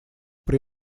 при